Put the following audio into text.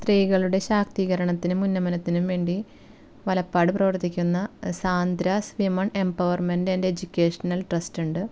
സ്ത്രീകളുടെ ശാക്തീകരണത്തിനും ഉന്നമനത്തിനും വേണ്ടി വലപ്പാട് പ്രവർത്തിക്കുന്ന Sandra's women empowerment and educational trust ഉണ്ട്